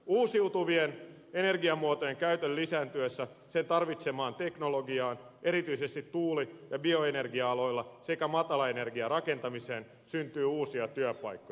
uusiutuvien energiamuotojen käytön lisääntyessä sen tarvitsemaan teknologiaan erityisesti tuulivoima ja bioenergia aloille sekä matalaenergiarakentamiseen syntyy uusia työpaikkoja